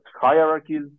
hierarchies